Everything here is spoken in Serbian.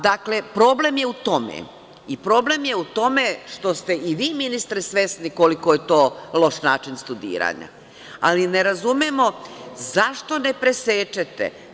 Dakle, problem je u tome i problem je u tome što ste i vi ministre svesni koliko je to loš način studiranja, ali ne razumemo zašto ne presečete?